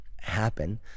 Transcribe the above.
happen